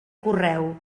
correu